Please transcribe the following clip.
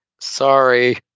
Sorry